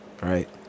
right